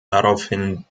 daraufhin